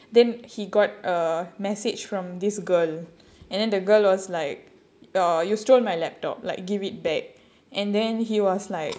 then he got a message from this girl and then the girl was like uh you stole my laptop like give it back and then he was like